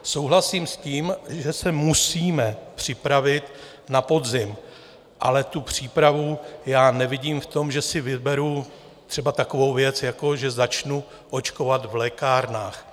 Souhlasím s tím, že se musíme připravit na podzim, ale tu přípravu nevidím v tom, že si vyberu třeba takovou věc, jako že začnu očkovat v lékárnách.